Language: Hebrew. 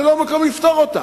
זה לא מקום לפתור אותה.